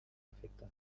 perfecta